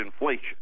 inflation